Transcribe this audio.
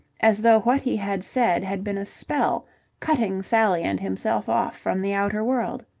as though what he had said had been a spell cutting sally and himself off from the outer world.